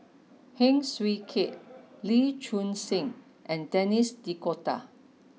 Heng Swee Keat Lee Choon Seng and Denis D'Cotta